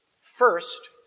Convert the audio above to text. first